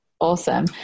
Awesome